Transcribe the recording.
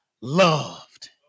loved